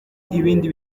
ibindi